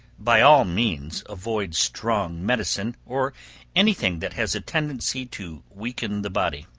by all means avoid strong medicine, or any thing that has a tendency to weaken the body.